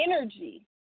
energy